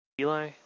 Eli